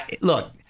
look